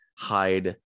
hide